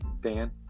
Dan